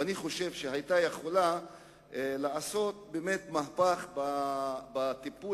ואני חושב שהיא היתה יכולה לעשות מהפך בטיפול